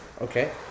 Okay